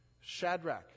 Shadrach